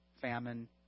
famine